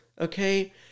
Okay